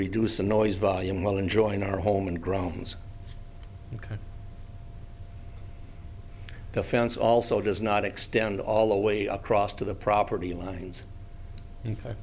reduce the noise volume while enjoying our home and grounds the fence also does not extend all the way across to the property lines